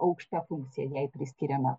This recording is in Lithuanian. aukšta funkcija jai priskiriama